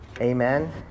amen